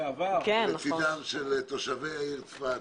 לטובת תושבי העיר צפת.